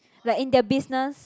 like in their business